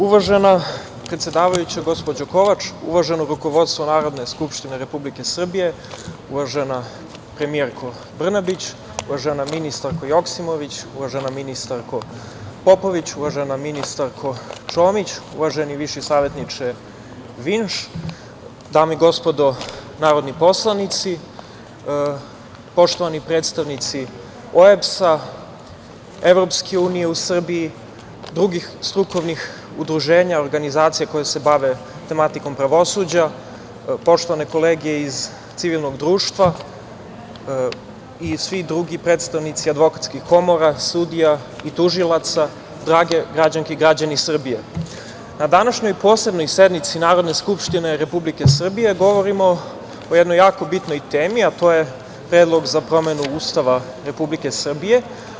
Uvažena predsedavajuća gospođo Kovač, uvaženo rukovodstvo Narodne skupštine Republike Srbije, uvažena premijerko Brnabić, uvažena ministarko Joksimović, uvažena ministarko Popović, uvažena ministarko Čomić, uvaženi viši savetniče Vinš, dame i gospodo narodni poslanici, poštovani predstavnici OEBS-a, EU u Srbiji, drugih strukovnih udruženja, organizacija koje se bave tematikom pravosuđa, poštovane kolege iz civilnog društva i svi drugi predstavnici advokatskih komora, sudija i tužilaca, drage građanke i građani Srbije, na današnjoj Posebnoj sednici Narodne skupštine Republike Srbije, govorimo o jednoj jako bitnoj temi, a to je predlog za promenu Ustava Republike Srbije.